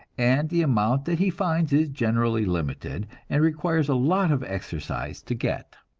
and the amount that he finds is generally limited, and requires a lot of exercise to get.